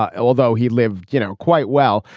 although he lived, you know, quite well.